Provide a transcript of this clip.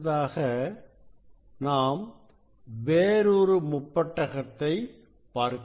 அடுத்ததாக நாம் வேறு ஒரு முப்பட்டகத்தை பார்க்கலாம்